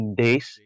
days